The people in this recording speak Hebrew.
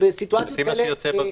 לפי מה שיוצא בדפוס.